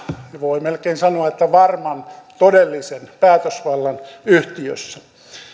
voi melkein sanoa että varman todellisen päätösvallan yhtiössä